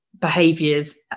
behaviors